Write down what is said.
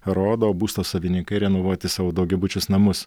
rodo būsto savininkai renovuoti savo daugiabučius namus